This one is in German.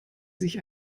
sich